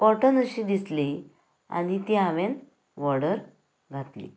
cotton अशी दिसली आनी ती हांवेन वॉर्डर घातली